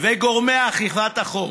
וגורמי אכיפת החוק.